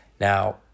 now